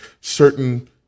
certain